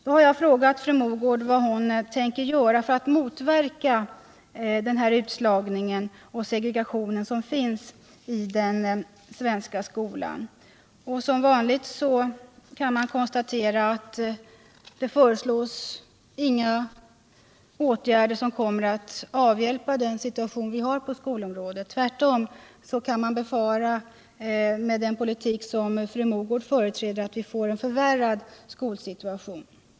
Jag har frågat fru Mogård vad hon tänker göra för att motverka den utslagning och den segregation som finns i den svenska skolan. Som vanligt kan man konstatera att det inte föreslås några åtgärder som kommer att 139 förbättra den situation vi har på skolområdet. Tvärtom kan man befara, med den politiska inriktning som fru Mogård företräder, att vi får en förvärrad skolsituation.